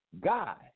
God